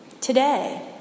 today